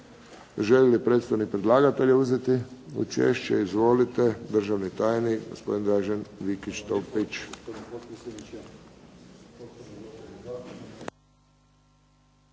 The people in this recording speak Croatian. Želi li predstavnik predlagatelja uzeti učešće? Izvolite, državni tajnik gospodin Dražen Vikić Topić.